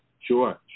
Sure